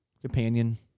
Companion